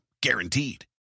Guaranteed